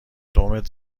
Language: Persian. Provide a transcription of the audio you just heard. دومتر